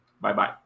bye-bye